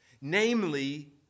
Namely